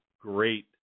great